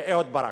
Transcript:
אהוד ברק.